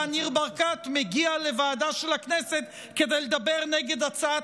ניר ברקת מגיע לוועדה של הכנסת כדי לדבר נגד הצעת